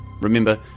Remember